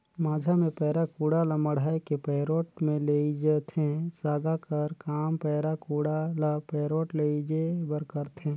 माझा मे पैरा कुढ़ा ल मढ़ाए के पैरोठ मे लेइजथे, सागा कर काम पैरा कुढ़ा ल पैरोठ लेइजे बर करथे